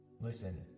Listen